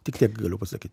tik tiek galiu pasakyt